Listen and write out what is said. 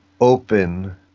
open